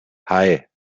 hei